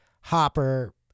Hopper